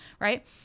right